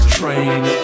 train